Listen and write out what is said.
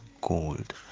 gold